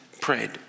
prayed